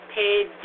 paid